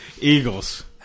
Eagles